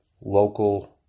local